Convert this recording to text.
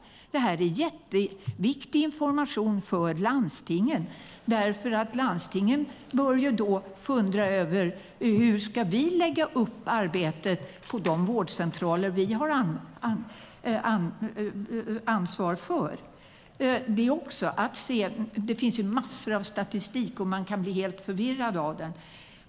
Det är jätteviktig information för landstingen när de ska fundera över hur de ska lägga upp arbetet på de vårdcentraler som de har ansvar för. Det finns massor av statistik, och man kan bli helt förvirrad av den.